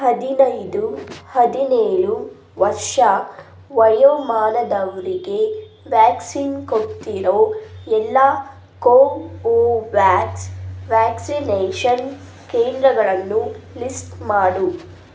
ಹದಿನೈದು ಹದಿನೇಳು ವರ್ಷ ವಯೋಮಾನದವರಿಗೆ ವ್ಯಾಕ್ಸಿನ್ ಕೊಡ್ತಿರೋ ಎಲ್ಲ ಕೋವೋವ್ಯಾಕ್ಸ್ ವ್ಯಾಕ್ಸಿನೇಷನ್ ಕೇಂದ್ರಗಳನ್ನು ಲಿಸ್ಟ್ ಮಾಡು